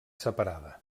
separada